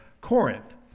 Corinth